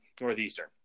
Northeastern